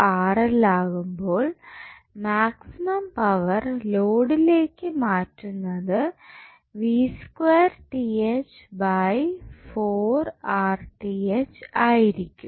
ആകുമ്പോൾ maximum power ലോഡിലേക്ക് മാറ്റുന്നത് ആയിരിക്കും